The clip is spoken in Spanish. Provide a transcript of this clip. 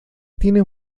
tienen